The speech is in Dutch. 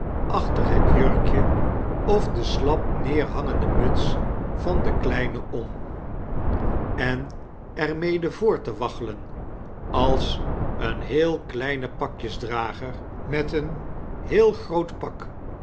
achter het jurkje of de slap neerhangende muts van den kleine om en er mede voort te waggelen als eem heel kleine pakjesdrager met een heel groot pak